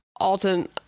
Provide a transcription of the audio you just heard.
Alton